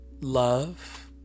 love